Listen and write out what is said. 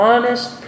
Honest